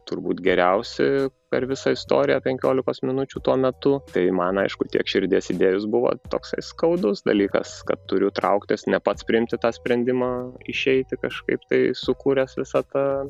turbūt geriausi per visą istoriją penkiolikos minučių tuo metu tai man aišku tiek širdies įdėjus buvo toksai skaudus dalykas kad turiu trauktis ne pats priimti tą sprendimą išeiti kažkaip tai sukūręs visą tą